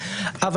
נקרא לזה,